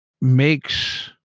makes